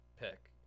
pick